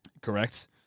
Correct